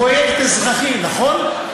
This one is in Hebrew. פרויקט אזרחי, נכון?